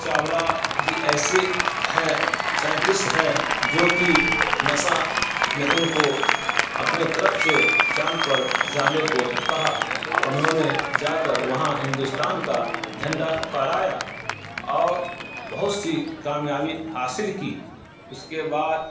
چاولا جی ایسے ہیں سائنٹسٹ ہیں جوکہ نسا نے ان کو اپنے طرف سے چاند پر جانے کو کہا اور انہوں نے جا کر وہاں ہندوستان کا جھنڈا پھرایا اور بہت سی کامیابی حاصل کی اس کے بعد